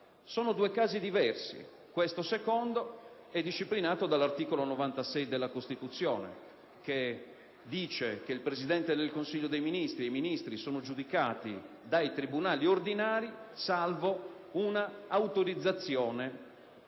Sono due casi diversi. Questo secondo è disciplinato dall'articolo 96 della Costituzione, in cui si dispone che il Presidente del Consiglio dei ministri e i Ministri sono giudicati dai tribunali ordinari, previa autorizzazione della